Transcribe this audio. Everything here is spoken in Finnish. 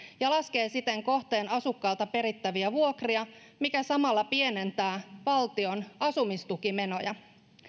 ja laskee siten kohteen asukkaalta perittäviä vuokria mikä samalla pienentää valtion asumistukimenoja